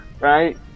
right